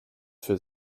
für